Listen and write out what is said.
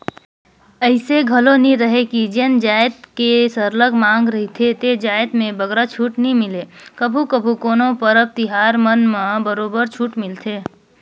अइसे घलो नी रहें कि जेन जाएत के सरलग मांग रहथे ते जाएत में बगरा छूट नी मिले कभू कभू कोनो परब तिहार मन म बरोबर छूट मिलथे